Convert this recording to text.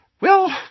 Well